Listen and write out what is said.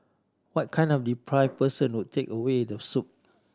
what kind of depraved person would take away the soup